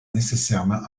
nécessairement